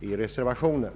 i reservationen.